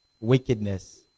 Wickedness